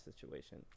situation